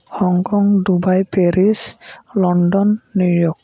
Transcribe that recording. Hong Kong Dubai Paris London New York